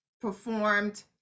performed